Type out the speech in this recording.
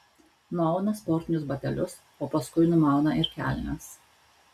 nuauna sportinius batelius o paskui numauna ir kelnes